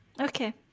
Okay